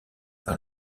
par